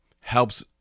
helps